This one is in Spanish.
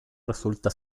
resulta